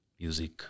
music